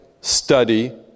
Study